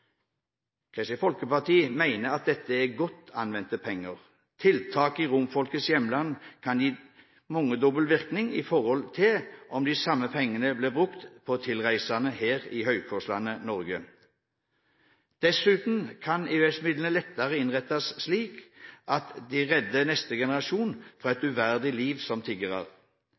Kristelig Folkeparti mener at dette er godt anvendte penger. Tiltak i romfolkets hjemland kan gi mangedobbel virkning i forhold til om de samme pengene ble brukt på tilreisende her i høykostlandet Norge. Dessuten kan EØS-midlene lettere innrettes slik at de redder neste generasjon fra et uverdig liv som